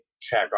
check